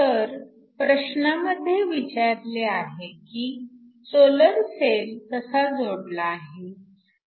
तर प्रश्नामध्ये विचारलेले आहे की सोलर सेल कसा जोडला आहे